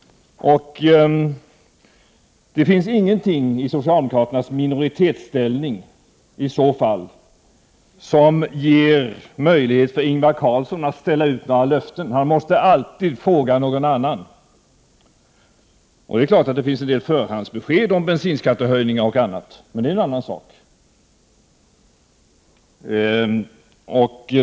Det finns i så fall ingenting i socialdemokraternas minoritetsställning som ger Ingvar Carlsson möjlighet att ställa ut löften, han måste alltid fråga någon annan först. Det är klart att det finns förhandsbesked om bensinskattehöjningar och annat, men det är en annan sak.